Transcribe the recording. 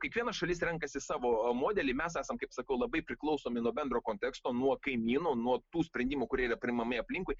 kiekviena šalis renkasi savo modelį mes esam kaip sakau labai priklausomi nuo bendro konteksto nuo kaimynų nuo tų sprendimų kurie yra priimami aplinkui